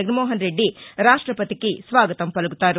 జగన్మోహన్ రెడ్గి ర్యాష్టపతికి స్వాగతం పలుకుతారు